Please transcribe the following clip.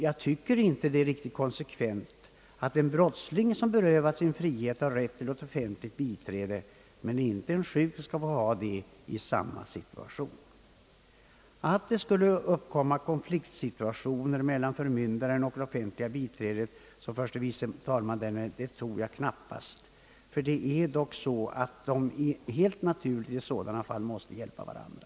Jag tycker inte det är riktigt konsekvent att en brottsling, som berövas sin frihet, har rätt till offentligt biträde men att inte en sjuk skall ha samma rätt i samma sSsituation. Att det skulle uppkomma konfliktsituationer mellan förmyndarna och de offentliga biträdena, som förste vice talmannen sade, tror jag knappast. Det är väl tvärtom så att de i sådana fall hjälper varandra.